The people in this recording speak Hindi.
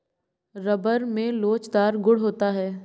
रबर में लोचदार गुण होता है